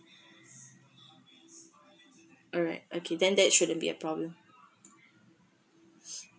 alright okay then that shouldn't be a problem